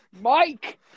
Mike